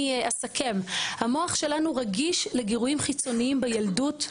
המוח שלנו רגיש לגירויים חיצוניים בילדות.